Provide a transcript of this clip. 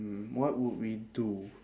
mm what would we do